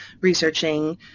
researching